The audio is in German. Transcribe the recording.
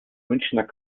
münchener